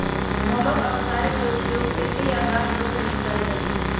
मोलॉक्साइड्स के उपयोग खेती आऽ गाछ रोपे में कएल जाइ छइ